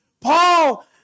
Paul